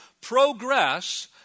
progress